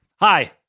Hi